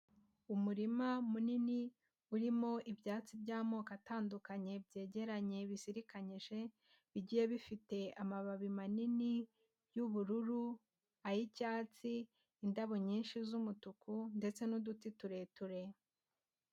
Umurima munini urimo ibyatsi by'amoko atandukanye byegeranye bizirikanyije, bigiye bifite amababi manini y'ubururu, ay'icyatsi, indabo nyinshi z'umutuku ndetse n'uduti tureture.